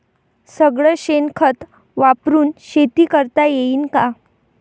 सगळं शेन खत वापरुन शेती करता येईन का?